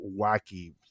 wacky